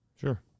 Sure